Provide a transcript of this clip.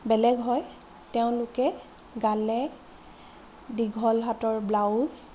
বেলেগ হয় তেওঁলোকে গালে দীঘল হাতৰ ব্লাউজ